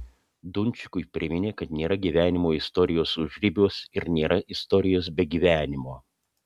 dunčikui priminė kad nėra gyvenimo istorijos užribiuos ir nėra istorijos be gyvenimo